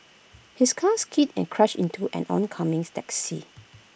his car skidded and crashed into an oncoming taxi